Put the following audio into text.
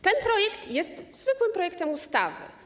Ten projekt jest zwykłym projektem ustawy.